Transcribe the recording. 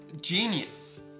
Genius